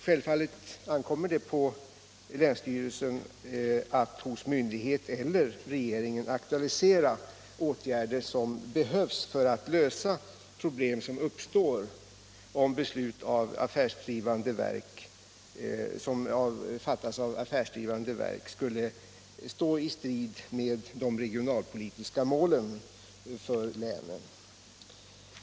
Självfallet ankommer det på länsstyrelserna att hos myndighet eller regeringen aktualisera åtgärder som behövs för att lösa problem som uppstår om beslut fattas av affärsdrivande verk och beslutet skulle stå i strid med de regionalpolitiska målen för länen.